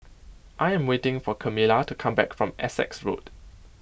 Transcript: I am waiting for Camila to come back from Essex Road